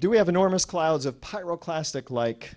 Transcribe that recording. do we have enormous clouds of pyro clastic like